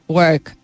work